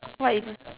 what if